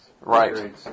Right